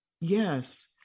yes